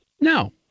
No